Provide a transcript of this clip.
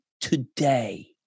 today